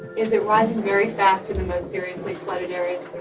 is it rising very fast most seriously flooded areas